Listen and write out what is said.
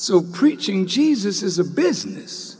so preaching jesus is a business